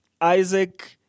Isaac